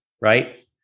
right